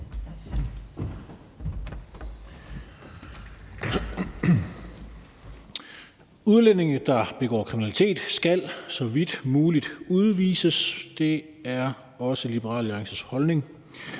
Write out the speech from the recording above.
Udlændinge, der begår kriminalitet, skal så vidt muligt udvises. Det er også Liberal Alliances holdning.